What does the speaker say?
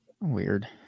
Weird